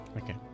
Okay